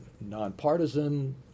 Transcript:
nonpartisan